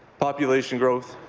population growth,